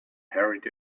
hurried